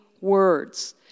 words